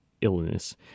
illness